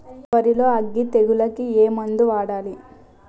వరిలో అగ్గి తెగులకి ఏ మందు వాడాలి?